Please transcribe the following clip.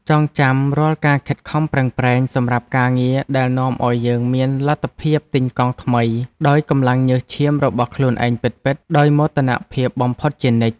ចងចាំរាល់ការខិតខំប្រឹងប្រែងសម្រាប់ការងារដែលនាំឱ្យយើងមានលទ្ធភាពទិញកង់ថ្មីដោយកម្លាំងញើសឈាមរបស់ខ្លួនឯងពិតៗដោយមោទនភាពបំផុតជានិច្ច។